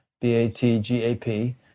B-A-T-G-A-P